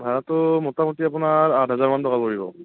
ভাড়াটো মোটামুটি আপোনাৰ আঠ হাজাৰ মান টকা পৰিব